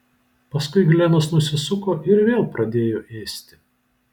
paskui glenas nusisuko ir vėl pradėjo ėsti